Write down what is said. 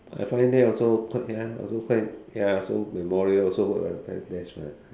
I find there also quite ya also quite ya also memorable also uh that's right